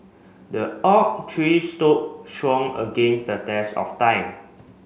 the oak tree stood strong against the test of time